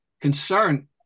concern